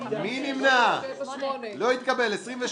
לא התקבלה.